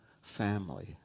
family